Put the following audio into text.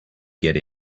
get